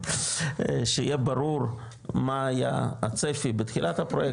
שיהיה ברור מה היה הצפי בתחילת הפרויקט,